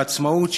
העצמאות,